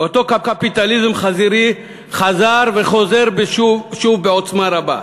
אותו קפיטליזם חזירי חזר וחוזר שוב בעוצמה רבה.